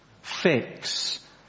Fix